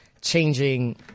changing